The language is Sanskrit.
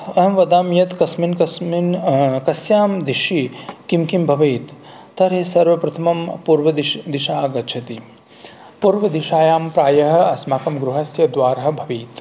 अहं वदामि यत् कस्मिन् कस्मिन् कस्यां दिशि किं किं भवेत् तर्हि सर्वप्रथमं पूर्वदिश् दिशा आगच्छति पूर्वदिशायां प्रायः अस्माकं गृहस्य द्वारं भवेत्